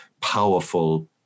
powerful